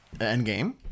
Endgame